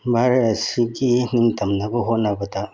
ꯚꯥꯔꯠ ꯑꯁꯤꯒꯤ ꯅꯤꯡꯇꯝꯅꯕ ꯍꯣꯠꯅꯕꯗ